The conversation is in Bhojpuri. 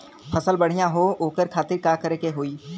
फसल बढ़ियां हो ओकरे खातिर का करे के होई?